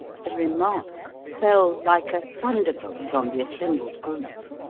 the remark fell like a thunderbolt on the assembled group.